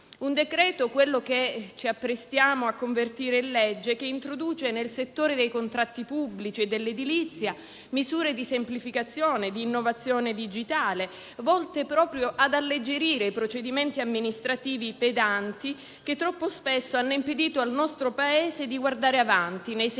sconfitta. Quello che ci apprestiamo a convertire in legge è un decreto che introduce nel settore dei contratti pubblici e dell'edilizia misure di semplificazione e di innovazione digitale volte proprio ad alleggerire i procedimenti amministrativi pedanti che troppo spesso hanno impedito al nostro Paese di guardare avanti nei settori